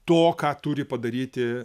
to ką turi padaryti